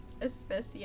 especial